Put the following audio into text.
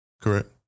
Correct